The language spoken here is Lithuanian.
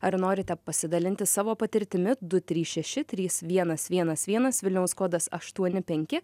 ar norite pasidalinti savo patirtimi du trys šeši trys vienas vienas vienas vilniaus kodas aštuoni penki